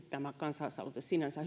tämä kansalaisaloite teknisesti sinänsä